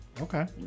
Okay